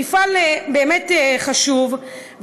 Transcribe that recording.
מפעל באמת חשוב,